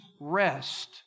rest